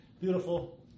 beautiful